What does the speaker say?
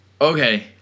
Okay